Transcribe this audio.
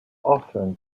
often